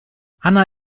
anna